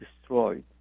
destroyed